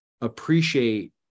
appreciate